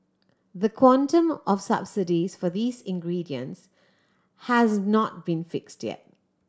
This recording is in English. the quantum of subsidies for these ingredients has not been fixed yet